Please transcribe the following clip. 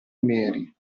neri